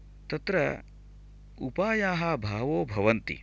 तत्र उपायाः बहवो भवन्ति